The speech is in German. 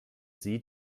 sie